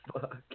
fuck